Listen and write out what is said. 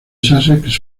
sussex